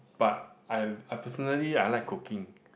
but I I personally I like cooking